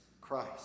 Christ